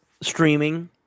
streaming